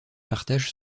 partage